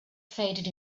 faded